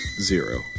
zero